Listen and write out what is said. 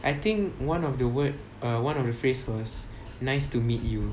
I think one of the word err one of the phrase was nice to meet you